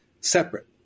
separate